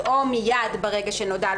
וכי הדבר הוא לטובת הקטין,